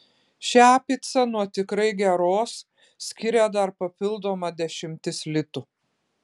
šią picą nuo tikrai geros skiria dar papildoma dešimtis litų